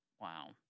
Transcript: Wow